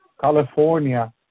California